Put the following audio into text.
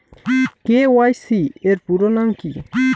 KYC এর পুরোনাম কী?